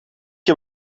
heb